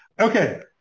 Okay